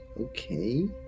okay